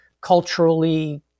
culturally